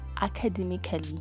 academically